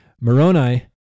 Moroni